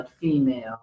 female